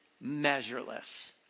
measureless